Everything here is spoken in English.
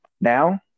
Now